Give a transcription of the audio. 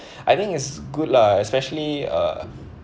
I think it's good lah especially uh